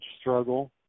struggle